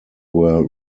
were